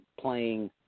playing